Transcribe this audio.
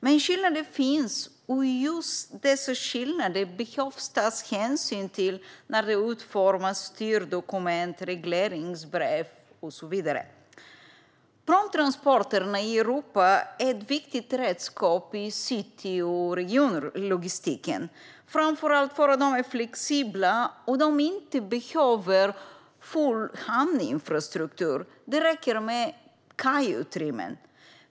Men skillnader finns, och just dessa skillnader behöver tas hänsyn till när vi utformar styrdokument, regleringsbrev och så vidare. Pråmtransporterna i Europa är ett viktigt redskap för logistiken i stadsregioner, framför allt eftersom de är flexibla och inte behöver full hamninfrastruktur - det räcker med kajutrymmen.